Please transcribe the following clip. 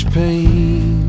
pain